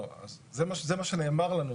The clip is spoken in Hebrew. לא, זה מה שנאמר לנו.